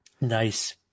Nice